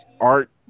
art